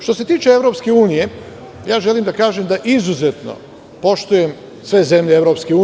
Što se tiče EU, želim da kažem da izuzetno poštuje sve zemlje EU.